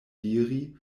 diri